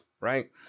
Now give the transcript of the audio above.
right